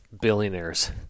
billionaires